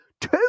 Two